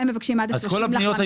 הם מבקשים עד ה-31.5.